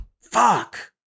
fuck